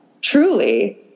truly